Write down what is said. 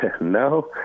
no